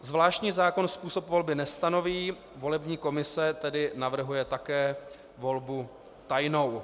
Zvláštní zákon způsob volby nestanoví, volební komise tedy navrhuje také volbu tajnou.